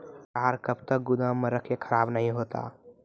लहार कब तक गुदाम मे रखिए खराब नहीं होता?